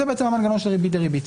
זה בעצם המנגנון של ריבית דריבית.